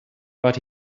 but